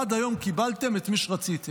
עד היום קיבלתם את מי שרציתם.